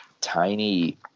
tiny